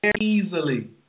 easily